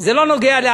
נוגע,